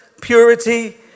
purity